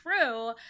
true